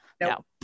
no